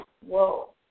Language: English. whoa